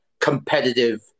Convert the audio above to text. competitive